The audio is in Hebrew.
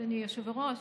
אדוני היושב-ראש,